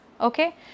Okay